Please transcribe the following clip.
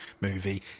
movie